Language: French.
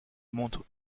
montre